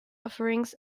offerings